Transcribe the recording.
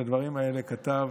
את הדברים האלה כתב